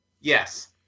Yes